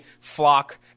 flock